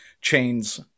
chains